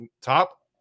top